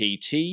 TT